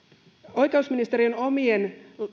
oikeusministeriön omien